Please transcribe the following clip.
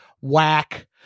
Whack